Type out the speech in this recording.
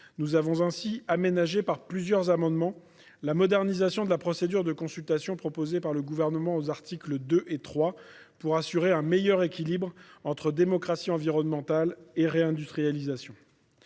Nous avons ainsi aménagé, par plusieurs amendements, la modernisation de la procédure de consultation proposée par le Gouvernement aux articles 2 et 3, pour assurer un meilleur équilibre entre démocratie environnementale et réindustrialisation.